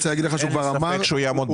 אין ספק שהוא יעמוד בסיכום.